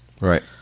Right